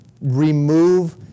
remove